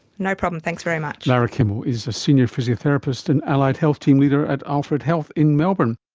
no problem, thanks very much. lara kimmel is a senior physiotherapist and allied health team leader at alfred health in melbourne